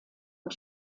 und